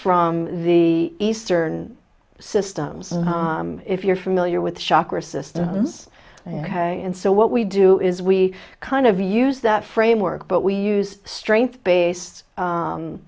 from the eastern systems and if you're familiar with shakur systems and so what we do is we kind of use that framework but we use strength based